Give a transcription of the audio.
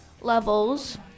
levels